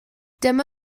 dyma